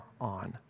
on